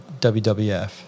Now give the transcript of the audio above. WWF